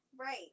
Right